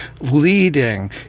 leading